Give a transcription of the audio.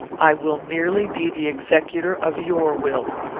i will merely be the executor of your will.